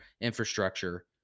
infrastructure